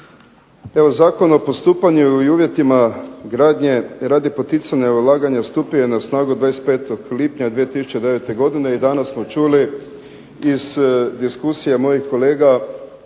Evo Zakon o postupanju i uvjetima gradnje radi poticanja i ulaganja stupio je na snagu 25. lipnja 2009. godine, i danas smo čuli iz diskusija mojih kolega